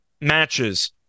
matches